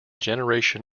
generation